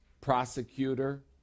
prosecutor